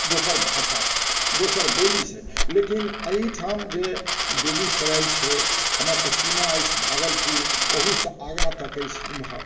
दोसर भाषा सँ दोसर बोली सँ लेकिन एहिठाम जे बेगुसराय छै हमर तऽ सीमा अछि भागलपुर अहूॅंसँ आगाँ तक अछि ऊमहर